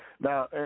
Now